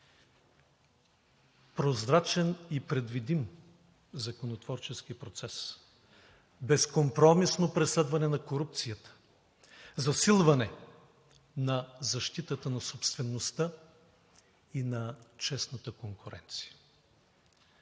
прозрачен и предвидим законотворчески процес, безкомпромисно преследване на корупцията, засилване на защитата на собствеността и на честната конкуренция.